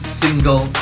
single